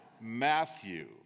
Matthew